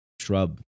shrub